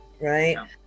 Right